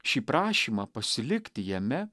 šį prašymą pasilikti jame